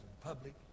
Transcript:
public